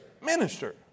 minister